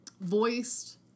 Voiced